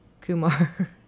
Kumar